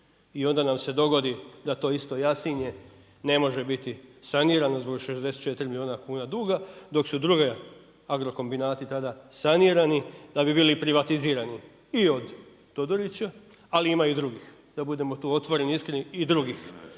i onda nam se dogodi da to isto Jasinje ne može biti sanirano zbog 64 milijuna kuna duga, dok su drugi agrokombinati tada sanirani da bi bili privatizirani i od Todorića, ali ima i drugih da budemo tu otvoreni i iskreni i drugih.